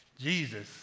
Jesus